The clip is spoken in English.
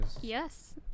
Yes